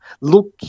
Look